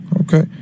Okay